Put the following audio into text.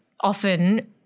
often